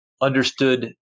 understood